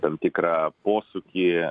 tam tikrą posūkį